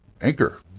Anchor